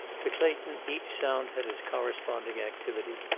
to clayton each sound had its corresponding activity.